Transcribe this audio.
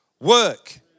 work